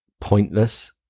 pointless